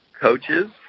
coaches